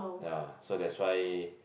ah so that's why